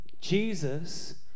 Jesus